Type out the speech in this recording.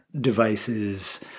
devices